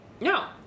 No